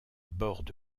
borde